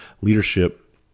Leadership